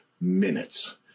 minutes